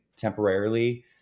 temporarily